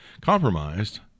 compromised